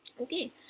okay